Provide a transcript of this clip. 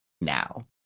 now